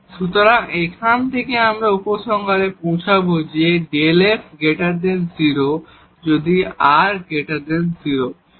সুতরাং এখান থেকে আমরা এই উপসংহারে পৌঁছাব যে এটি Δ f 0 যদি r 0 হয়